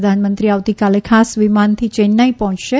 પ્રધાનમંત્રી આવતીકાલે ખાસ વિમાનથી ચેન્નાઇ પહોંચશે